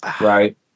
right